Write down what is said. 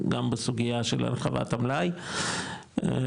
גם בסוגיה של הרחבת המלאי והפעם,